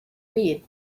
read